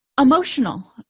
Emotional